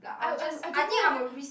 I'll I'll I don't know leh